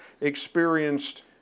experienced